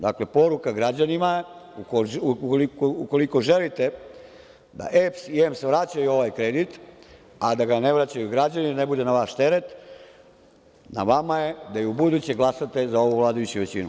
Dakle, poruka građanima je – ukoliko želite da EPS i EMS vraćaju ovaj kredit, a da ga ne vraćaju građani, da ne bude na vaš teret, na vama je da i ubuduće glasate za ovu vladajuću većinu.